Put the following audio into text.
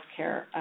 healthcare